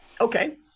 Okay